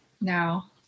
now